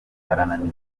barananiwe